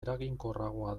eraginkorragoa